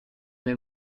nel